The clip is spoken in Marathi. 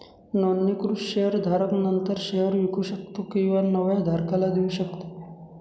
नोंदणीकृत शेअर धारक नंतर शेअर विकू शकतो किंवा नव्या धारकाला देऊ शकतो